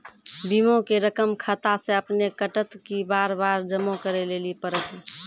बीमा के रकम खाता से अपने कटत कि बार बार जमा करे लेली पड़त?